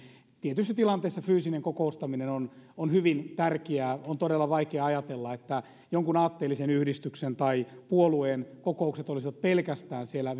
tietyissä tilanteissa fyysinen kokoustaminen on on hyvin tärkeää on todella vaikea ajatella että jonkun aatteellisen yhdistyksen tai puolueen kokoukset olisivat pelkästään siellä